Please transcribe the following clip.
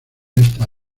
esta